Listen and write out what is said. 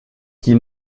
qu’il